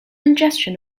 ingestion